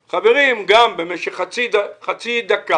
חברים, גם במשך חצי דקה